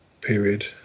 period